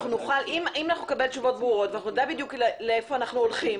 אם אנחנו נקבל תשובות ברורות ואנחנו נדע בדיוק לאיפה אנחנו הולכים,